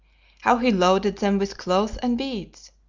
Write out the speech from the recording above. how he loaded them with cloth and beads,